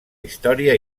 història